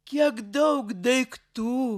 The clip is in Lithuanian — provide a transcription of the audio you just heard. kiek daug daiktų